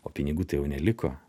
o pinigų tai jau neliko